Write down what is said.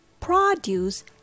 produce